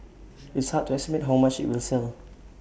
it's hard to estimate how much IT will sell